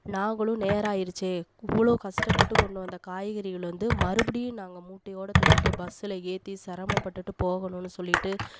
நாங்களும் நேரம் ஆயிடுச்சே இவ்வளோ கஷ்டப்பட்டு கொண்டு வந்த காய்கறிகளை வந்து மறுபடியும் நாங்கள் மூட்டையோடு தூக்கிட்டு பஸ்ஸில் ஏற்றி சிரமப்பட்டுட்டு போகணும்னு சொல்லிவிட்டு